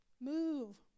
move